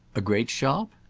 a great shop?